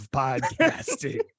podcasting